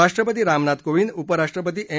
राष्ट्रपती रामनाथ कोविंद उपराष्ट्रपती एम